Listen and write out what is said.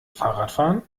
fahrradfahren